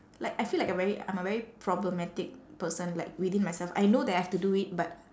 like I feel like a very I'm a very problematic person like within myself I know that I have to do it but